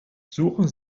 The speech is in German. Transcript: suchen